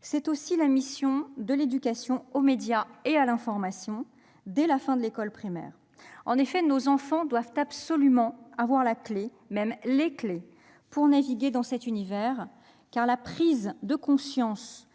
C'est aussi la mission de l'éducation aux médias et à l'information, dès la fin de l'école primaire. En effet, nos enfants doivent absolument avoir les clefs pour naviguer dans cet univers : la prise de conscience